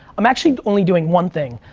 i'm actually only doing one thing.